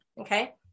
Okay